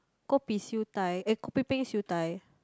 kopi siew dai eh kopi peng siew dai